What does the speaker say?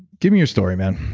give me your story, man.